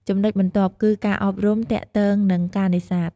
ចំណែុចបន្ទាប់គឺ ការអប់រំទាក់ទងនឹងការនេសាទ។